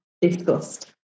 disgust